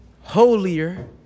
holier